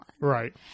Right